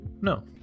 no